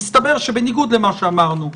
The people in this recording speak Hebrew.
מסתבר שבניגוד למה שאמרנו,